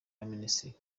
abaminisitiri